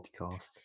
podcast